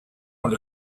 want